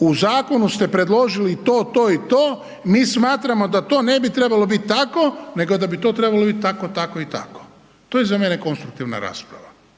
u zakonu ste predložili to, to i to, mi smatramo da to ne bi trebalo biti tako, nego da bi to trebalo biti tako, tako i tako. To je za mene konstruktivna rasprava,